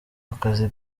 akazi